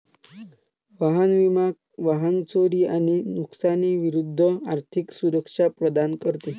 वाहन विमा वाहन चोरी आणि नुकसानी विरूद्ध आर्थिक सुरक्षा प्रदान करते